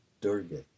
Durga